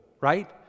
right